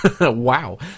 Wow